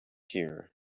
here